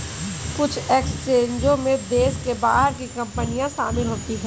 कुछ एक्सचेंजों में देश के बाहर की कंपनियां शामिल होती हैं